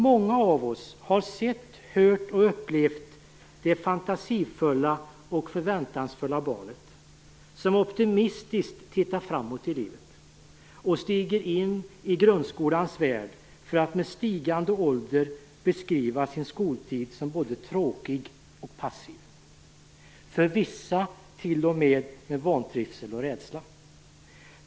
Många av oss har sett, hört och upplevt hur det fantasifulla och förväntansfulla barnet optimistiskt tittar framåt i livet och stiger in i grundskolans värld, för att med stigande ålder beskriva sin skoltid som både tråkig och passiviserande. Vissa känner t.o.m. vantrivsel och rädsla.